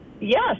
Yes